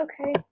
Okay